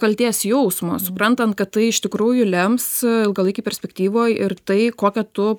kaltės jausmo suprantant kad tai iš tikrųjų lems ilgalaikėj perspektyvoj ir tai kokią tu